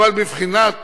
אבל בבחינת